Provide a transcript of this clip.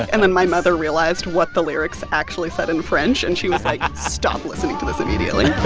and then my mother realized what the lyrics actually said in french, and she was like, stop listening to this immediately